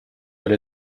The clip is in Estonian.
oli